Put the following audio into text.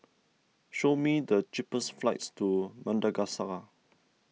show me the cheapest flights to Madagascar